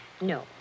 No